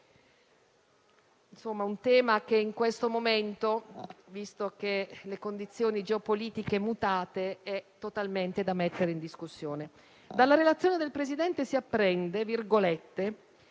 serra. È un tema che in questo momento, considerate le condizioni geopolitiche mutate, è totalmente da mettere in discussione. Dalla relazione del Presidente si apprende che